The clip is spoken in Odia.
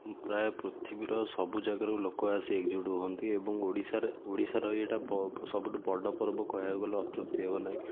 ପ୍ରାୟ ପୃଥିବୀର ସବୁ ଜାଗାରୁ ଲୋକ ଆସି ଏକଜୁଟ୍ ହୁଅନ୍ତି ଏବଂ ଓଡ଼ିଶାର ଓଡ଼ିଶାର ଏଇଟା ସବୁଠୁ ବଡ଼ ପର୍ବ କହିବାକୁ ଗଲେ ଅତ୍ୟୁକ୍ତି ହେବ ନାହିଁ